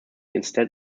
instead